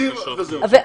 ולתמיד.